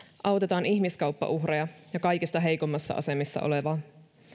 autetaan ihmiskaupan uhreja ja kaikista heikoimmassa asemassa olevaa